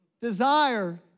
desire